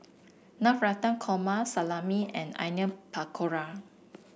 Navratan Korma Salami and Onion Pakora